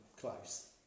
close